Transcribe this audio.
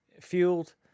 fueled